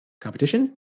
competition